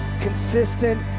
consistent